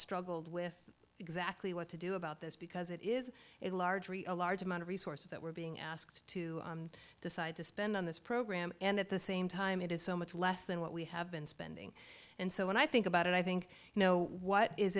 struggled with exactly what to do about this because it is a large area large amount of resources that we're being asked to decide to spend on this program and at the same time it is so much less than what we have been spending and so when i think about it i think you know what is